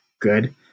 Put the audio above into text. good